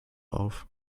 auf